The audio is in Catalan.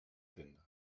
tenda